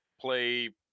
play